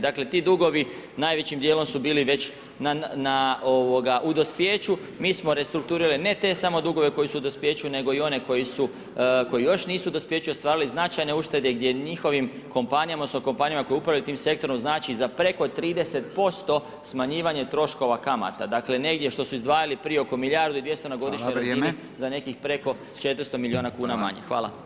Dakle, ti dugovi najvećim dijelom su bili već na, ovoga, u dospijeću, mi smo restrukturirali ne te samo dugove koji su u dospijeću, nego i one koji su, koji još nisu dospijeće ostvarili, značajne uštede gdje njihovim kompanijama, s kompanijama koje upravljaju tim sektorom znači za preko 30% smanjivanje troškova kamata, dakle, negdje što su izdvajali prije oko milijardu i 200 na godišnjoj razini [[Upadica: Hvala, vrijeme]] za nekih preko 400 milijuna kuna manje, hvala.